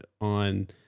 on